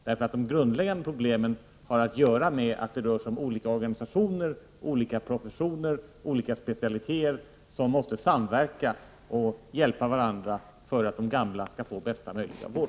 De grundläggande problemen beror på att man har att göra med olika organisationer, olika professioner och olika specialiteter, som måste samverka och hjälpa varandra för att de gamla skall få bästa möjliga vård.